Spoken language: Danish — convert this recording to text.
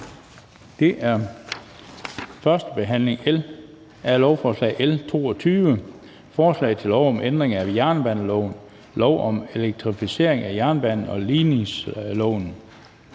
er: 5) 1. behandling af lovforslag nr. L 22: Forslag til lov om ændring af jernbaneloven, lov om elektrificering af jernbanen og ligningsloven.